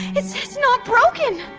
it's-it's not broken.